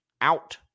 out